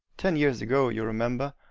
ten years ago, you remember,